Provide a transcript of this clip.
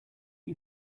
you